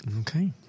Okay